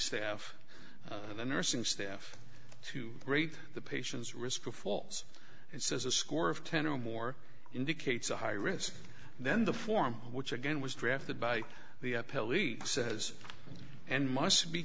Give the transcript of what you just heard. staff of the nursing staff to rate the patients risk for falls and says a score of ten or more indicates a high risk then the form which again was drafted by the police says and must be